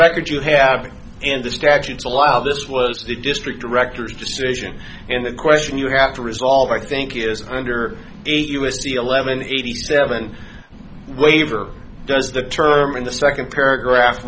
record you have and the statutes allow this was the district director decision and the question you have to resolve i think is under eight u s c eleven eighty seven waiver does the term in the second paragraph